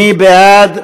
מי בעד?